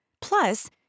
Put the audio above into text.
Plus